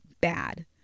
bad